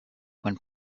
when